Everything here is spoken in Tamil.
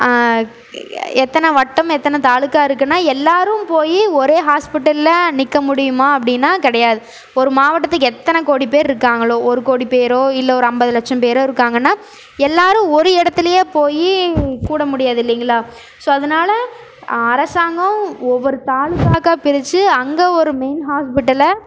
எத்தனை வட்டம் எத்தனை தாலுாக்கா இருக்குதுன்னா எல்லாேரும் போய் ஒரே ஹஸ்பிட்டலில் நிற்க முடியுமா அப்படின்னால் கிடையாது ஒரு மாவட்டத்துக்கு எத்தனை கோடி பேர் இருக்காங்களோ ஒரு கோடி பேரோ இல்லை ஒரு ஐம்பது லட்சம் பேரோ இருக்காங்கன்னால் எல்லாேரும் ஒரு இடத்துலையே போய் கூட முடியாது இல்லைங்களா ஸோ அதனால் அரசாங்கம் ஒவ்வொரு தாலுாக்காக்கா பிரிச்சு அங்கே ஒரு மெய்ன் ஹாஸ்பிட்டலை